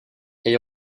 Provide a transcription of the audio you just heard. elle